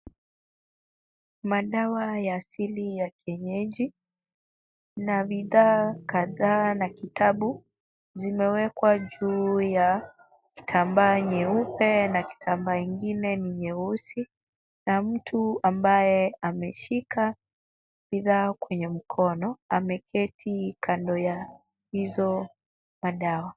Madawa ya asili ya kienyeji na bidhaa kadhaa na kitabu zimewekwa juu ya kitambaa nyeupe na kitambaa ingine ni nyeusi na mtu ambaye ameshika bidhaa kwenye mkono ameketi kando ya hizo madawa.